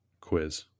quiz